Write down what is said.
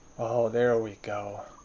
there ah we go.